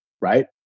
Right